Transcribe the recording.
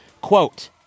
quote